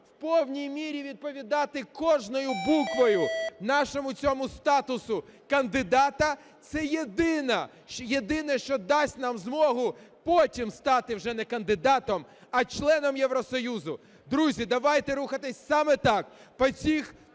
в повній мірі відповідати кожною буквою нашому цьому статусу кандидата. Це єдине, що дасть нам змогу потім стати вже не кандидатом, а членом Євросоюзу. Друзі, давайте рухатися саме так,